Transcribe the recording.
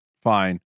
fine